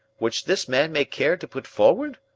which this man may care to put forward?